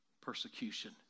persecution